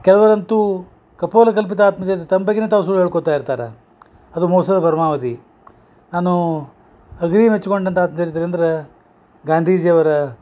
ಕೆಲವರಂತು ಕಪೋಲಕಲ್ಪಿತ ಆತ್ಮಚರಿತ್ರೆ ತಮ್ಮ ಬಗ್ಗೆನ ತಾವು ಸುಳ್ಳು ಹೇಳ್ಕೋತ ಇರ್ತಾರೆ ಅದು ಮೋಸದ ಬರಮಾವದಿ ನಾನು ಅವೀ ಮೆಚ್ಕೊಂಡಂಥ ಆತ್ಮಚರಿತ್ರೆ ಅಂದರೆ ಗಾಂಧೀಜಿಯವರ